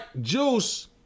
Juice